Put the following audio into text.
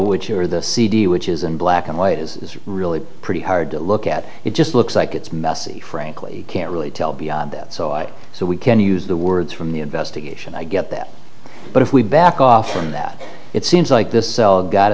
which here the cd which is in black and white is really pretty hard to look at it just looks like it's messy frankly can't really tell beyond that so i so we can use the words from the investigation i get that but if we back off from that it seems like this cell got